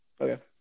Okay